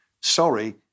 Sorry